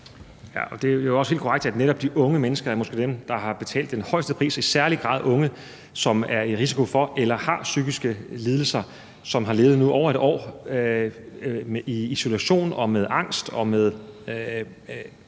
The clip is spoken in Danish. Det er jo helt korrekt, at netop de unge mennesker måske er dem, der har betalt den højeste pris, og i særlig grad unge, som har eller er i risiko for at få psykiske lidelser, og som nu i over et år har levet i isolation med angst og berøvet